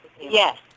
Yes